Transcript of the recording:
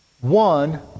One